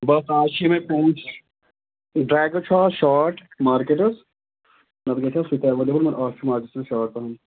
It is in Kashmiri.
مےٚ باسان آز چھِ یِمَے ڈرٛیگن چھُ آز شاٹ مارکیٹَس نَتہٕ گژھِ ہا سُہ تہِ ایویلیبٕل نہ آز چھُ مارکیٹَس منٛز شاٹ پَہم